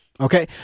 Okay